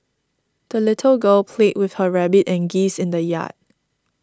the little girl played with her rabbit and geese in the yard